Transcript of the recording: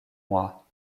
moi